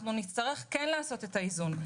ואנחנו נצטרך לעשות את האיזון.